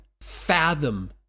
fathom